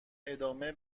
ادامه